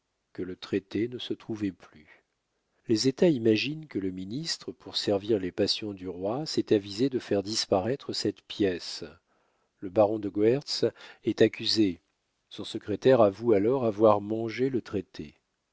que le traité ne se trouvait plus les états imaginent que le ministre pour servir les passions du roi s'est avisé de faire disparaître cette pièce le baron de goërtz est accusé son secrétaire avoue alors avoir mangé le traité